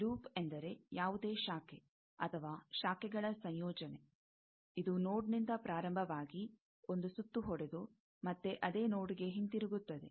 loop ಎಂದರೆ ಯಾವುದೇ ಶಾಖೆ ಅಥವಾ ಶಾಖೆಗಳ ಸಂಯೋಜನೆ ಇದು ನೋಡ್ನಿಂದ ಪ್ರಾರಂಭವಾಗಿ ಒಂದು ಸುತ್ತು ಹೊಡೆದು ಮತ್ತೆ ಅದೇ ನೋಡ್ಗೆ ಹಿಂತಿರುಗುತ್ತದೆ